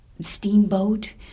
steamboat